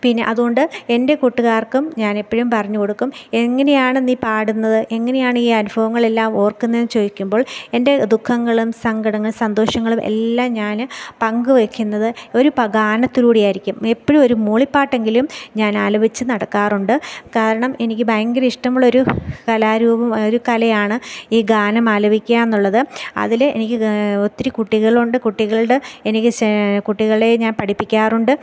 പിന്നെ അതുകൊണ്ട് എൻ്റെ കൂട്ടുകാർക്കും ഞാൻ എപ്പോഴും പറഞ്ഞുകൊടുക്കും എങ്ങനെയാണ് നീ പാടുന്നത് എങ്ങനെയാണ് ഈ അനുഭവങ്ങൾ എല്ലാം ഓർക്കുന്നതെന്ന് ചോദിക്കുമ്പോൾ എൻ്റെ ദുഃഖങ്ങളും സങ്കടങ്ങ സന്തോഷങ്ങളും എല്ലാം ഞാൻ പങ്കുവയ്ക്കുന്നത് ഒരു പ ഗാനത്തിലൂടെ ആയിരിക്കും എപ്പോഴും ഒരു മൂളിപ്പാട്ടെങ്കിലും ഞാൻ ആലപിച്ച് നടക്കാറുണ്ട് കാരണം എനിക്ക് ഭയങ്കര ഇഷ്ടമുള്ളൊരു കലാരൂപം ഒരു കലയാണ് ഈ ഗാനം ആലപിക്കുക എന്നുള്ളത് അതിൽ എനിക്ക് ഒത്തിരി കുട്ടികളുണ്ട് കുട്ടികളുടെ എനിക്ക് ശ് കുട്ടികളെ ഞാൻ പഠിപ്പിക്കാറുണ്ട്